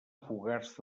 fogars